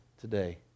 today